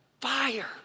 fire